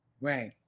Right